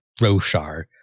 roshar